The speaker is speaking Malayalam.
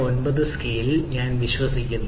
029 സ്കെയിലിൽ ഞാൻ വിശ്വസിക്കുന്നു